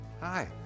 hi